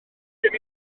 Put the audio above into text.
gen